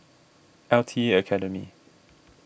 L T A Academy